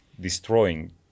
destroying